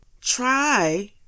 try